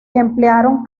emplearon